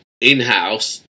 in-house